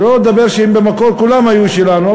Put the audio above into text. שלא לדבר שבמקור כולן היו שלנו,